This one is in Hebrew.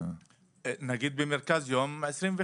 נגיד במרכז יום 25%,